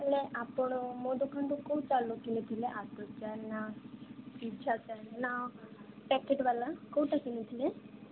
ହେଲେ ଆପଣ ମୋ ଦୋକାନରୁ କୋଉ ଚାଉଳ କିଣିଥିଲେ ପ୍ୟାକେଟ ଵାଲା କୋଉଟା କିଣିଥିଲେ